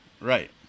Right